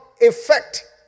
effect